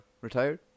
retired